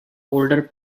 older